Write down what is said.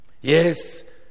Yes